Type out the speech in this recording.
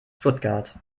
stuttgart